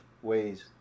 ways